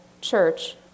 church